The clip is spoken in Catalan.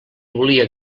volia